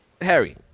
harry